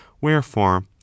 wherefore